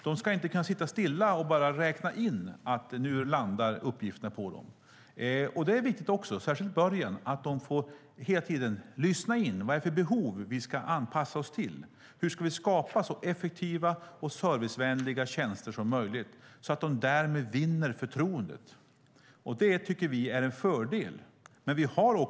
De ska inte kunna sitta stilla och bara räkna in att uppgifterna landar på dem. Det är viktigt, särskilt i början, att de hela tiden lyssnar in vad det är för behov de ska anpassa sig till och hur de ska skapa så effektiva och servicevänliga tjänster som möjligt, så att de vinner förtroende. Det tycker vi är en fördel.